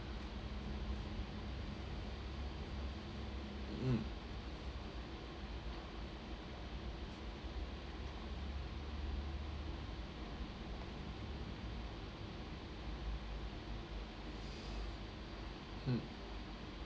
mm hmm